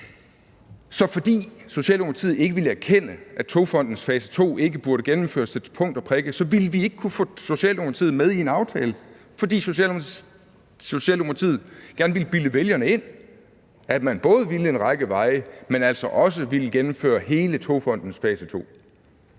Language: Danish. Så fordi Socialdemokratiet ikke ville erkende, at Togfondens fase to ikke burde gennemføres til punkt og prikke, så ville vi ikke kunne få Socialdemokratiet med i en aftale, fordi Socialdemokratiet gerne ville bilde vælgerne ind, at man både ville have en række veje, men altså også ville gennemføre hele Togfondens fase to.